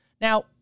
Now